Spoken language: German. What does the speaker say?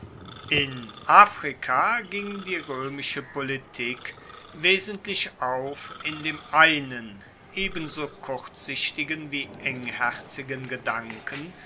in afrika ging die roemische politik wesentlich auf in dem einen ebenso kurzsichtigen wie engherzigen gedanken